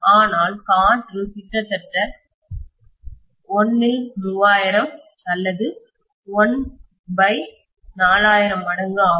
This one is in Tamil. ஆனால் காற்று கிட்டத்தட்ட 1 3000 அல்லது 1 4000 மடங்கு ஆகும்